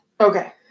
Okay